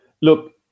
Look